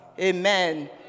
Amen